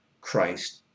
Christ